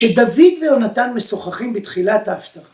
‫שדוד ויונתן משוחחים בתחילת ההפטרה.